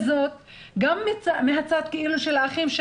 גם מצד האחים,